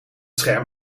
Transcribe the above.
scherm